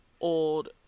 old